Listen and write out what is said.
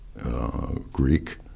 Greek